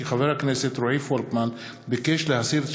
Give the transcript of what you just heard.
כי חבר הכנסת רועי פולקמן ביקש להסיר את